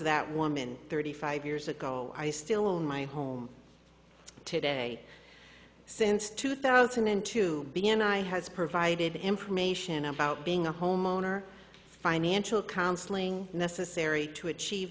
that woman thirty five years ago i still own my home today since two thousand and two b and i has provided information about being a homeowner financial counseling necessary to achieve